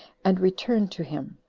and returned to him.